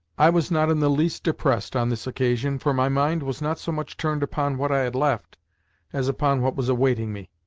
i was not in the least depressed on this occasion, for my mind was not so much turned upon what i had left as upon what was awaiting me.